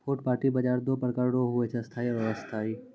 फुटपाटी बाजार दो प्रकार रो हुवै छै स्थायी आरु अस्थायी